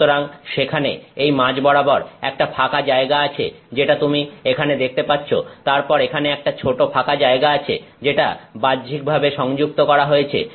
সুতরাং সেখানে এই মাঝ বরাবর একটা ফাঁকা জায়গা আছে যেটা তুমি এখানে দেখতে পাচ্ছ তারপর এখানে একটা ছোট ফাঁকা জায়গা আছে যেটা বাহ্যিকভাবে সংযুক্ত করা হয়েছে